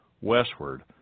westward